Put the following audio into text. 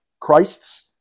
Christ's